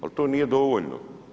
Ali to nije dovoljno.